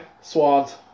Swans